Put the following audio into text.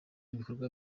ibikorwa